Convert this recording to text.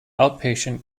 outpatient